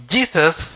Jesus